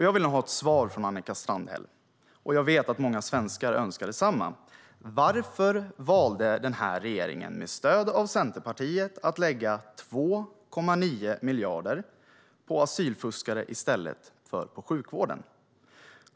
Jag vill nu ha ett svar från Annika Strandhäll, och jag vet att många svenskar önskar detsamma. Varför valde regeringen, med stöd av Centerpartiet, att lägga 2,9 miljarder på asylfuskare i stället för på sjukvården?